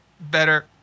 better